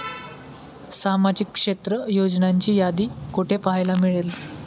सामाजिक क्षेत्र योजनांची यादी कुठे पाहायला मिळेल?